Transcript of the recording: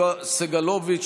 יואב סגלוביץ',